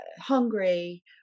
hungry